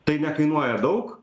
tai nekainuoja daug